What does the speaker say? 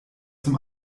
zum